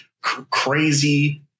crazy